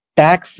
tax